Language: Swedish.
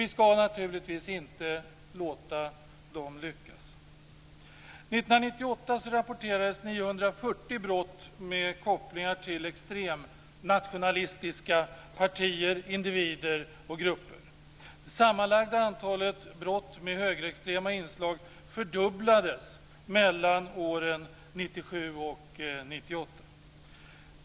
Vi ska naturligtvis inte låta krafterna lyckas. År 1998 rapporterades 940 brott med kopplingar till extremnationalistiska partier, individer och grupper. Det sammanlagda antalet brott med högerextrema inslag fördubblades mellan åren 1997 och 1998.